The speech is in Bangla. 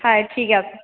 হ্যাঁ এ ঠিক আছে